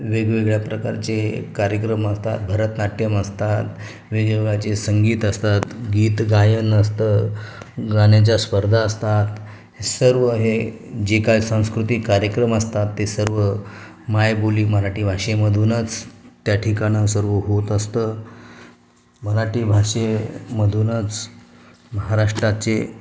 वेगवेगळ्या प्रकारचे कार्यक्रम असतात भरतनाट्यम असतात वेगवेगळ्या संगीत असतात गीत गायन असतं गाण्याच्या स्पर्धा असतात सर्व हे जे काय सांस्कृतिक कार्यक्रम असतात ते सर्व मायबोली मराठी भाषेमधूनच त्या ठिकाणं सर्व होत असतं मराठी भाषेमधूनच महाराष्ट्राचे